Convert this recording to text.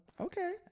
Okay